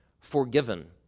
forgiven